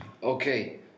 Okay